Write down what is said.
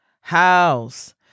house